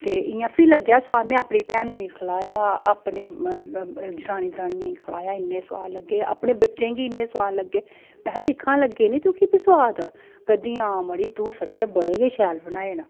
ते इ'यां फ्ही लगेआ सुआद में अपनी भैनू गी खलाया अपने जठानी दरानीएं खलाया इन्ने सुआद लग्गे अपने बच्चें गी इन्ने सुआद लग्गे महैं दिक्खां लग्गे नी तुगी बी सुआद करदी हां मड़ी तू सच्चैं बड़े गै शैल बनाए न